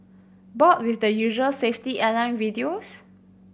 bored with the usual safety airline videos